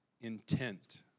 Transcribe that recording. intent